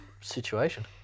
situation